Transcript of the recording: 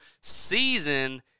season